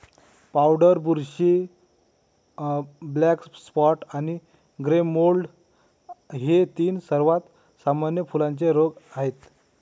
powder बुरशी, black spot आणि grey mould हे तीन सर्वात सामान्य फुलांचे रोग आहेत